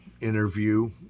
interview